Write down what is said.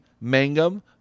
Mangum